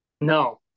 No